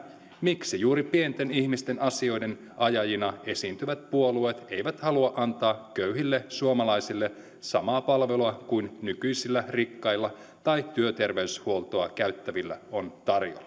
miksi juuri pienten ihmisten asioiden ajajina esiintyvät puolueet eivät halua antaa köyhille suomalaisille samaa palvelua kuin nykyisillä rikkailla tai työterveyshuoltoa käyttävillä on tarjolla